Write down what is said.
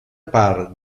part